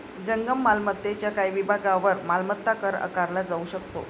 जंगम मालमत्तेच्या काही विभागांवर मालमत्ता कर आकारला जाऊ शकतो